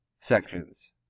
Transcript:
sections